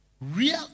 real